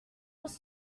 was